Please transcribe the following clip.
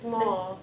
me~